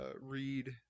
read